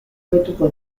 hobetuko